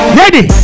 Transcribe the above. ready